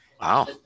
Wow